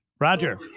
Roger